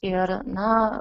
ir na